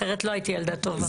אחרת לא הייתי ילדה טובה.